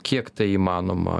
kiek tai įmanoma